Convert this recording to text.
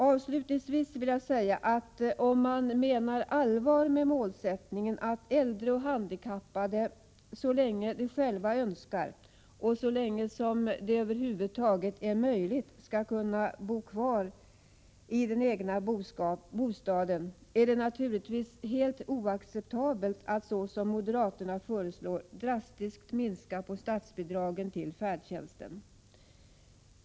Avslutningsvis vill jag säga att om man menar allvar med målsättningen att äldre och handikappade så länge som de själva önskar och som det över huvud taget är möjligt skall kunna bo kvar i den egna bostaden är det naturligtvis helt oacceptabelt att så som moderaterna föreslår drastiskt minska på statsbidragen till färdtjänsten.